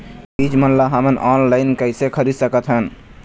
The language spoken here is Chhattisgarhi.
बीज मन ला हमन ऑनलाइन कइसे खरीद सकथन?